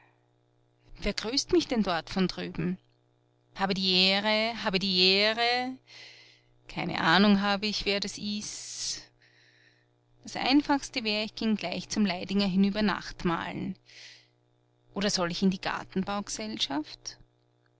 wer grüßt mich denn dort von drüben habe die ehre habe die ehre keine ahnung hab ich wer das ist das einfachste wär ich ging gleich zum leidinger hinüber nachtmahlen oder soll ich in die